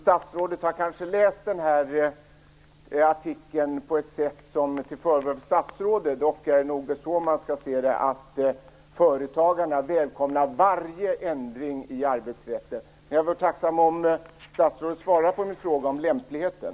Statsrådet har kanske läst den här artikeln på ett sätt som är till fördel för henne själv, men man skall nog se det som att företagarna välkomnar varje ändring i arbetsrätten. Jag vore dock tacksam om statsrådet svarade på min fråga om lämpligheten.